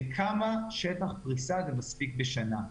לכמה שטח פריסה זה מספיק בשנה.